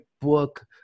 book